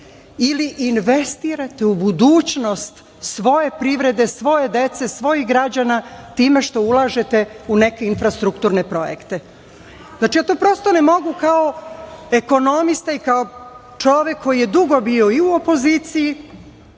ili investirate u budućnost svoje privrede, svoje dece, svojih građana time što ulažete u neke infrastrukturne projekte. Znači, ja to prosto ne mogu kao ekonomista i kao čovek koji je dugo bio u opoziciji,